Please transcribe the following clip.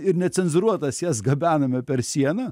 ir necenzūruotas jas gabenome per sieną